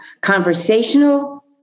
conversational